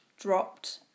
dropped